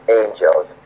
angels